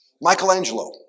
Michelangelo